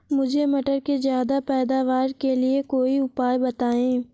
मुझे मटर के ज्यादा पैदावार के लिए कोई उपाय बताए?